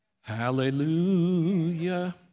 Hallelujah